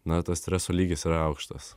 na tas streso lygis yra aukštas